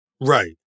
Right